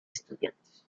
estudiantes